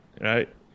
right